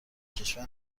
کشور